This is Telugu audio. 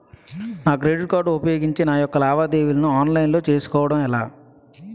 నా క్రెడిట్ కార్డ్ ఉపయోగించి నా యెక్క లావాదేవీలను ఆన్లైన్ లో చేసుకోవడం ఎలా?